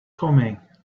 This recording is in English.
coming